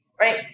right